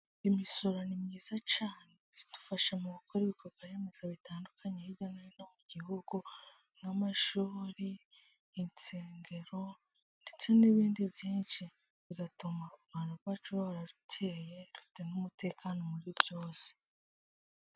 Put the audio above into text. Imisoro ni myiza cyane ifasha mu gukora ibikorwa remezo bitandukanye, hirya no hino mu gihugu nk'amashuri , insengero ndetse n'ibindi byinshi. Bigatuma u Rwanda rwacu ruhora rukeye, dufite n'umutekano muri byose.